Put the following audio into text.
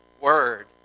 Word